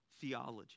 theology